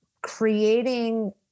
creating